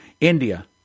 India